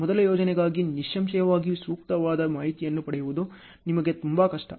ಮೊದಲ ಯೋಜನೆಗಾಗಿ ನಿಸ್ಸಂಶಯವಾಗಿ ಸೂಕ್ತವಾದ ಮಾಹಿತಿಯನ್ನು ಪಡೆಯುವುದು ನಿಮಗೆ ತುಂಬಾ ಕಷ್ಟ